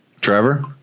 Trevor